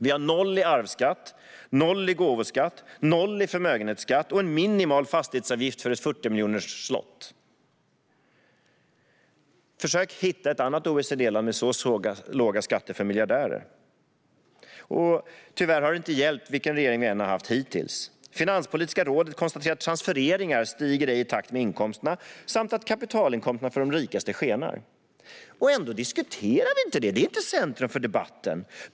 Vi har noll i arvsskatt, noll i gåvoskatt, noll i förmögenhetsskatt och en minimal fastighetsavgift för ett 40-miljonersslott. Försök hitta ett annat OECD-land med så låga skatter för miljardärer! Tyvärr har det inte hjälpt vilken regering vi än har haft hittills. Finanspolitiska rådet konstaterar att transfereringar ej stiger i takt med inkomsterna samt att kapitalinkomsterna för de rikaste skenar. Ändå diskuterar vi inte det. Det är inte centrum för debatten.